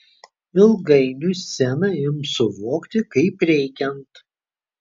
ilgainiui sceną ims suvokti kaip reikiant